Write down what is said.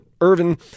Irvin